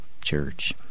church